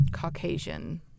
Caucasian